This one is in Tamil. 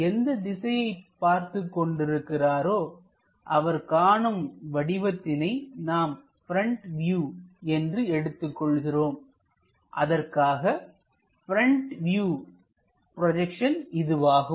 எந்த திசையை பார்த்து கொண்டிருக்கிறாரோஅவர் காணும் வடிவத்தினை நாம் பிரண்ட் வியூ என்று எடுத்துக் கொள்கிறோம் அதற்கான பிரண்ட் வியூ ப்ரொஜெக்ஷன் இதுவாகும்